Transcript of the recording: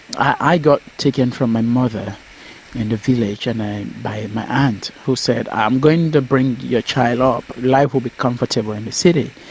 i got taken from my mother in the village and by my aunt who said, i'm going to bring your child up, life will be comfortable in the city.